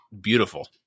beautiful